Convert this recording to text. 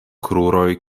kruroj